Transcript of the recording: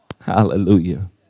Hallelujah